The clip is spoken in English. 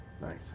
Nice